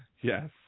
Yes